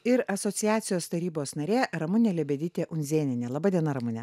ir asociacijos tarybos narė ramunė lebedytė undzėnienė laba diena ramune